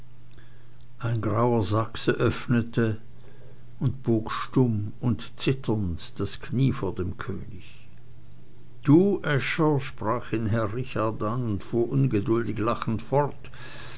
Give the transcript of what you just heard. ein grauer sachse öffnete und bog stumm und zitternd das knie vor dem könig du äscher sprach ihn herr heinrich an und fuhr ungeduldig lachend fort